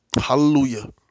Hallelujah